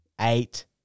eight